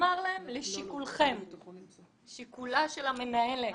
אלא נאמר שזה לשיקולה של המנהלת.